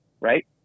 right